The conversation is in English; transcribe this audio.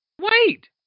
Wait